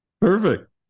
Perfect